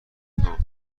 امتحان